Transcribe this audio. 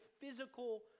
physical